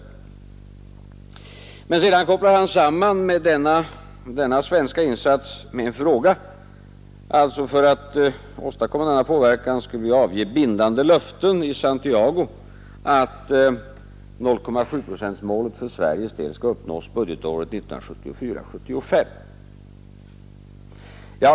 Men sedan kopplar han samman denna svenska insats med ett löfte. För att åstadkomma denna påverkan skulle vi avge bindande löften i Santiago att 0,7-procentsmålet för Sveriges del skulle uppnås budgetåret 1974/75.